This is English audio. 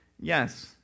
Yes